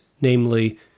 namely